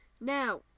Now